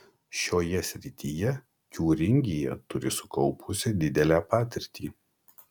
šioje srityje tiūringija turi sukaupusi didelę patirtį